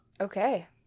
Okay